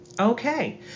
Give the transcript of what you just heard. Okay